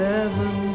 Heaven